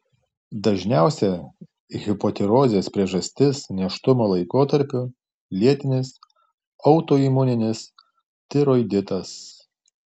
dažniausia hipotirozės priežastis nėštumo laikotarpiu lėtinis autoimuninis tiroiditas